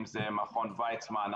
אם זה מכון ויצמן,